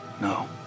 no